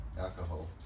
Alcohol